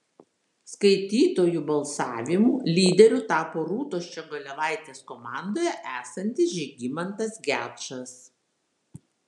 skaitytojų balsavimu lyderiu tapo rūtos ščiogolevaitės komandoje esantis žygimantas gečas